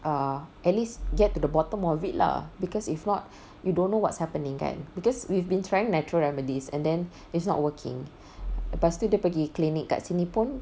err at least get to the bottom of it lah because if not you don't know what's happening kan because we've been trying natural remedies and then it's not working lepas tu dia pergi clinic kat sini pun